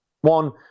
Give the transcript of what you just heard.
One